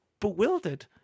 bewildered